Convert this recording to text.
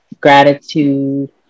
gratitude